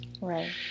Right